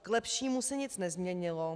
K lepšímu se nic nezměnilo.